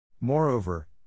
Moreover